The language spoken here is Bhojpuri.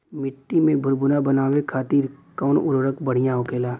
मिट्टी के भूरभूरा बनावे खातिर कवन उर्वरक भड़िया होखेला?